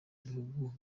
bihugu